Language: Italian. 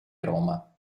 roma